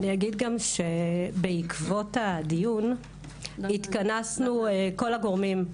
אני אגיד גם שבעקבות הדיון התכנסנו כל הגורמים,